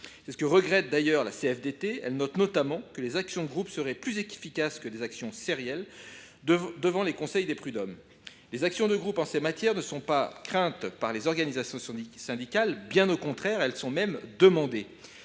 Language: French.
C’est ce que regrette d’ailleurs la CFDT, qui note notamment que les actions de groupe seraient plus efficaces en la matière que des actions sérielles devant les conseils de prud’hommes. Les actions de groupe en ces matières ne sont pas craintes par les organisations syndicales ; bien au contraire, elles sont très demandées.